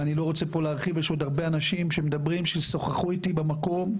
ואני לא רוצה פה להרחיב ויש הרבה אנשים שמדברים ושוחחו איתי במקום,